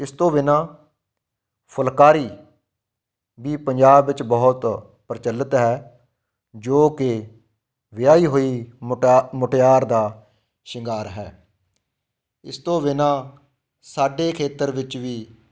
ਇਸ ਤੋਂ ਬਿਨਾਂ ਫੁਲਕਾਰੀ ਵੀ ਪੰਜਾਬ ਵਿੱਚ ਬਹੁਤ ਪ੍ਰਚੱਲਿਤ ਹੈ ਜੋ ਕਿ ਵਿਆਹੀ ਹੋਈ ਮੁਟਾ ਮੁਟਿਆਰ ਦਾ ਸ਼ਿੰਗਾਰ ਹੈ ਇਸ ਤੋਂ ਬਿਨਾਂ ਸਾਡੇ ਖੇਤਰ ਵਿੱਚ ਵੀ